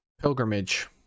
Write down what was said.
pilgrimage